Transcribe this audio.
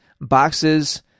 boxes